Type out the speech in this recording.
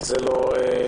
זה לא קריטריון.